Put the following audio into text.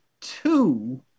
two